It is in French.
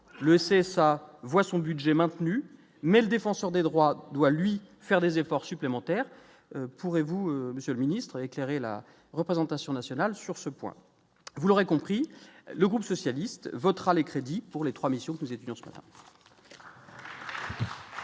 le CSA voit son budget maintenu mais le défenseur des droits doit lui faire des efforts supplémentaires pourraient vous Monsieur le Ministre, éclairer la représentation nationale sur ce point, vous l'aurez compris le groupe socialiste votera les crédits pour les 3 missions que nous étudions. Bien,